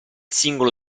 singolo